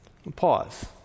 Pause